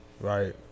Right